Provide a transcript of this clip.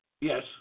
Yes